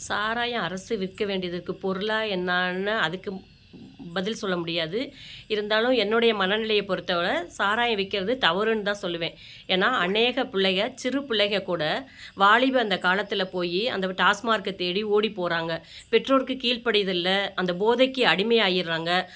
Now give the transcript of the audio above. சாராயம் அரசு விற்க வேண்டியதற்குப் பொருளாக என்னன்னு அதுக்குப் பதில் சொல்ல முடியாது இருந்தாலும் என்னுடைய மனநிலையைப் பொறுத்த வரை சாராயம் விற்கிறது தவறுன்னு தான் சொல்லுவேன் ஏன்னால் அநேக பிள்ளைகள் சிறு பிள்ளைகள் கூட வாலிப அந்தக் காலத்தில் போய் அந்த டாஸ்மார்க்கை தேடி ஓடிப் போகிறாங்க பெற்றோருக்குக் கீழ்ப்படியறதில்ல அந்த போதைக்கு அடிமையாயிடறாங்க